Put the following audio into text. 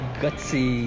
gutsy